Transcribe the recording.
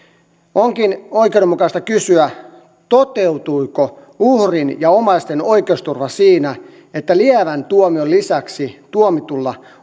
onkin oikeudenmukaista kysyä toteutuiko uhrin ja omaisten oikeusturva siinä että lievän tuomion lisäksi tuomitulla